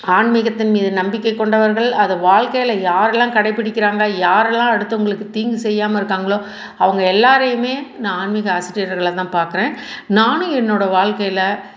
ஆன்மீகத்தின் மீது நம்பிக்கை கொண்டவர்கள் அது வாழ்க்கையில் யாருலாம் கடைபிடிக்கிறாங்க யாருலாம் அடுத்தவங்களுக்கு தீங்கு செய்யாம இருக்காங்களோ அவங்க எல்லாரையுமே நான் ஆன்மீக ஆசிரியர்களாக தான் பார்க்குறேன் நானும் என்னோட வாழ்க்கையில